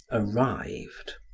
arrived.